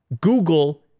Google